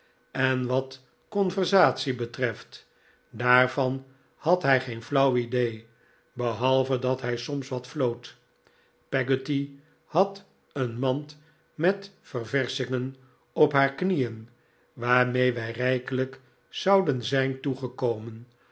en wat conversatie betreft daarvan had hij geen flauw idee behalve dat hij soms wat floot peggotty had een mand met ververschingen op haar knieen waarmee wij rijkelijk zouden zijn toegekomen